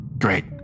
Great